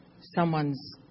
someone's